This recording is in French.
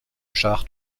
char